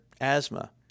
asthma